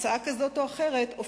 הצעה כזאת או אחרת מאידך גיסא,